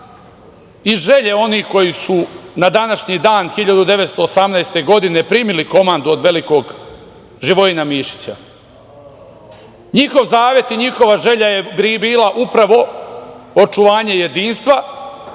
i želje onih koji su na današnji dan 1918. godine primili komandu od velikog Živojina Mišića. Njihov zavet i njihova želja je bila upravo očuvanje jedinstva,